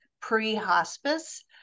pre-hospice